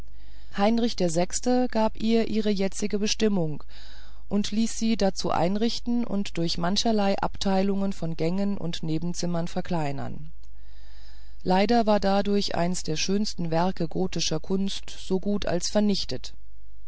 heinrich der sechste gab ihr ihre jetzige bestimmung ließ sie dazu einrichten und durch mancherlei abteilungen zu gängen und nebenzimmern verkleinern leider ward dadurch eins der schönsten werke gotischer kunst so gut als vernichtet